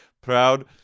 Proud